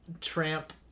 Tramp